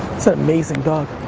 amazing dog.